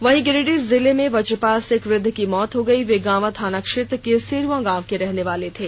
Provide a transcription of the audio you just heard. वहीं गिरिडीह जिले में वजपात से एक वृद्ध की मौत हो गई वे गांवां थाना क्षेत्र के सेरुआ गांव के रहने वाले थे